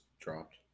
dropped